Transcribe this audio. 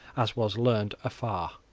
as was learned afar.